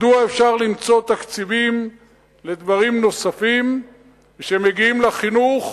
מדוע אפשר למצוא תקציבים לדברים נוספים שמגיעים לחינוך,